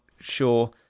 sure